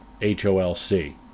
HOLC